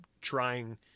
trying